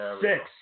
Six